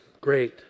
great